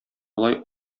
болай